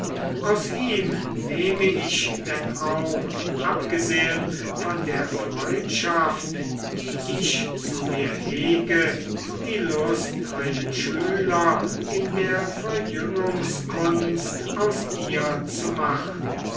aus ihm nehme ich denn auch abgesehen von der freundschaft die ich zu dir hege die lust einen schüler in der verjüngungskunst aus dir zu machen